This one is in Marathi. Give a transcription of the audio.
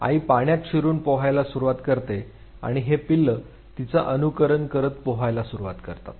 आई पाण्यात शिरून पोहायला सुरुवात करते आणि हि पिल्ले तिचं अनुकरण करत पोहायला सुरुवात करतात